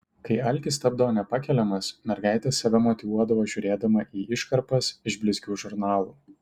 kai alkis tapdavo nepakeliamas mergaitė save motyvuodavo žiūrėdama į iškarpas iš blizgių žurnalų